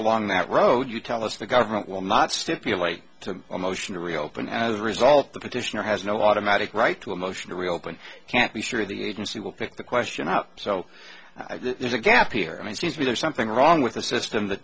along that road you tell us the government will not stipulate to a motion to reopen as a result the petitioner has no automatic right to a motion to reopen can't be sure the agency will pick the question up so i think there's a gap here i mean it seems to me there's something wrong with a system that